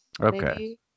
Okay